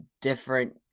different